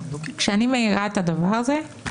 כשאני מעירה את הדבר הזה,